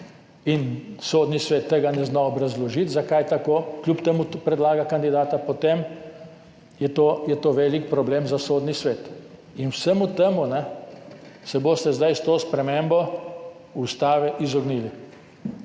in Sodni svet tega ne zna obrazložiti, zakaj tako, kljub temu predlaga kandidata, potem je to velik problem za Sodni svet. Vsemu temu se boste zdaj s to spremembo ustave izognili.